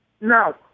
No